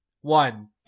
one